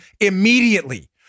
immediately